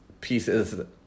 pieces